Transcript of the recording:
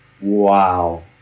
wow